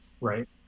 right